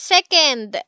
Second